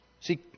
See